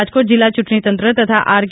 રાજકોટ જિલ્લા ચૂંટણી તંત્ર તથા આર કે